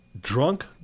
drunk